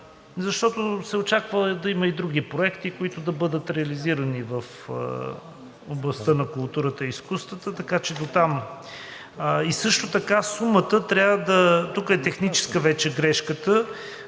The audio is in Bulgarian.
защото се очаква да има и други проекти, които да бъдат реализирани в областта на културата и изкуствата, така че дотам. И също така сумата трябва,